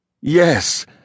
Yes